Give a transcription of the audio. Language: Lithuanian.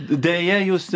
deja jūs